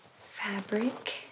fabric